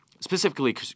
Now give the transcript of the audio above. specifically